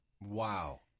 Wow